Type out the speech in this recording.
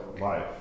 life